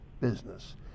business